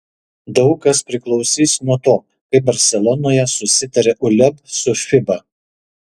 daug kas priklausys nuo to kaip barselonoje susitarė uleb su fiba